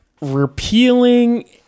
repealing